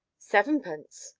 sevenpence!